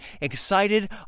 excited